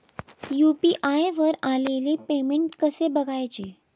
UPI वर आलेले payment कसे बघायचे?